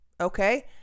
Okay